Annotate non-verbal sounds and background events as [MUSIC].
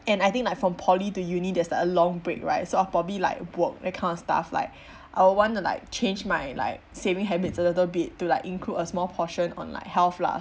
and I think like from poly to uni there's a long break right so I'll probably like work that kind of stuff like [BREATH] I would want to like change my like saving habits a little bit to like include a small portion on like health lah